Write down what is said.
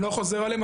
אני לא חוזר עליהם,